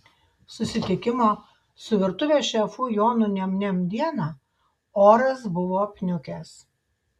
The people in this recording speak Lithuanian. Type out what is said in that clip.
susitikimo su virtuvės šefu jonu niam niam dieną oras buvo apniukęs